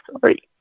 sorry